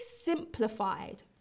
simplified